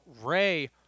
Ray